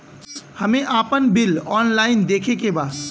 हमे आपन bill online देखे के बा?